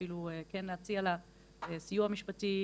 ואפילו כן להציע לה סיוע משפטי.